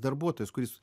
darbuotojas kuris